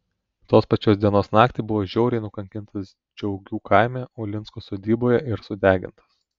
tos pačios dienos naktį buvo žiauriai nukankintas džiaugių kaime ulinsko sodyboje ir sudegintas